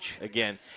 again